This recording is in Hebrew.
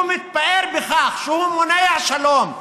הוא מתפאר בכך שהוא מונע שלום.